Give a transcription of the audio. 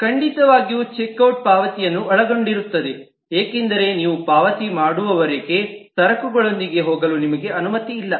ಖಂಡಿತವಾಗಿಯೂ check out ಪಾವತಿಯನ್ನು ಒಳಗೊಂಡಿರುತ್ತದೆ ಏಕೆಂದರೆ ನೀವು ಪಾವತಿ ಮಾಡುವವರೆಗೆ ಸರಕುಗಳೊಂದಿಗೆ ಹೋಗಲು ನಿಮಗೆ ಅನುಮತಿ ಇಲ್ಲ